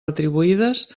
retribuïdes